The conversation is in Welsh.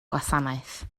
gwasanaeth